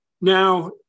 Now